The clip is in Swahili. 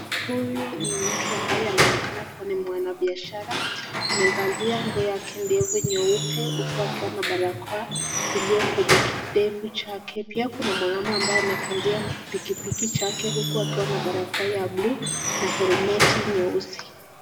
Huyu ni mtu anaonekana kuwa ni mwana biashara amevalia nguo yake ndefu nyeupe, huku akiwa na barakoa iliyo kwenye kidefu chake, pia kuna mwanaume ambaye amekalia pikipiki chake huku akiwa na barakoa ya blue na helmeti nyeusi.